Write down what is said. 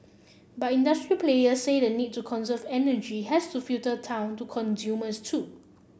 but industry players say the need to conserve energy has to filter down to consumers too